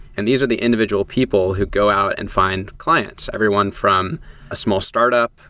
and these are the individual people who go out and find clients, everyone from a small startup,